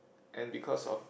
and because of